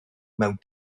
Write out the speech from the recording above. mewn